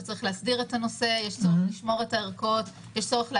וצריך להסדיר את הנושא; יש צורך לשמור את הערכות,